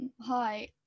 Hi